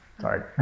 Sorry